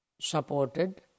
supported